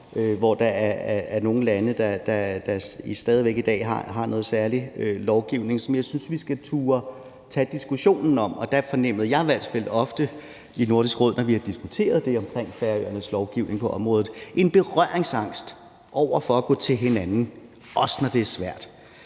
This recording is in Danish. hvor der er nogle lande, der stadig væk i dag har noget særlig lovgivning, som jeg synes vi skal turde tage diskussionen af. Der fornemmer jeg i hvert fald ofte, når vi i Nordisk Råd har diskuteret det omkring Færøernes lovgivning på området, en berøringsangst over for at gå til hinanden, også når det er svært.